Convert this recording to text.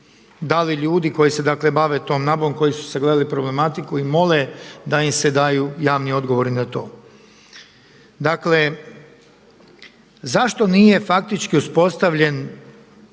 dali ljudi koji se dakle bave tom nabavom koji su sagledali problematiku i mole da im se daju javni odgovori na to. Dakle, zašto nije faktički uspostavljen,